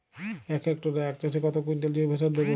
এক হেক্টরে আখ চাষে কত কুইন্টাল জৈবসার দেবো?